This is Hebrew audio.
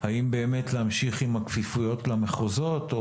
אם באמת להמשיך עם הכפיפויות למחוזות או